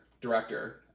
director